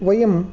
वयं